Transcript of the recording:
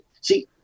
see